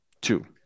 Two